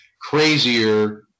crazier